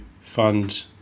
fund